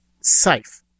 safe